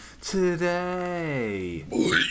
today